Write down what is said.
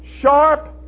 sharp